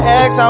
ex